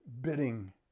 bidding